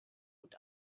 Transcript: und